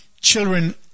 children